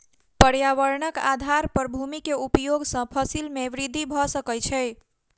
पर्यावरणक आधार पर भूमि के उपयोग सॅ फसिल में वृद्धि भ सकै छै